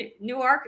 Newark